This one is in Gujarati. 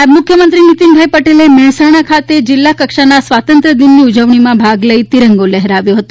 નાયબ મુખ્યમંત્રી નીતિનભાઇ પટેલે મહેસાણા ખાતે જિલ્લા કક્ષાના સ્વાતંત્ર્ય દિનની ઉજવણીમાં ભાગ લઇ તિરંગો લહેરાવ્યો હતો